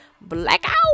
blackout